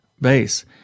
base